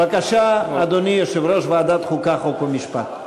בבקשה, אדוני יושב-ראש ועדת החוקה, חוק ומשפט.